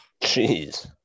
jeez